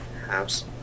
house